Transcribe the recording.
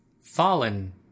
Fallen